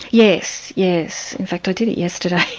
yes, yes, in fact i did it yesterday.